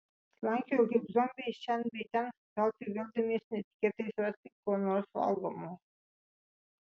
slankiojo kaip zombiai šen bei ten veltui vildamiesi netikėtai surasti ko nors valgomo